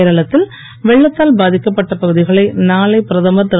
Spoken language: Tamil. கேரளத்தில் வெள்ளத்தால் பாதிக்கப்பட்ட பகுதிகளை நானை பிரதமர் திரு